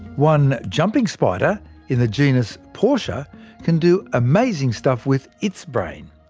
one jumping spider in the genus portia can do amazing stuff with its brain.